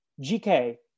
GK